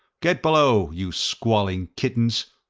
get below, you squalling kittens!